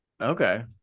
okay